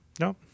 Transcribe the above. No